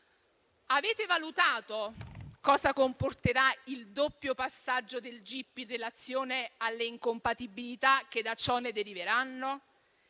Avete valutato cosa comporterà il doppio passaggio del gip dell'azione alle incompatibilità che da ciò ne deriveranno?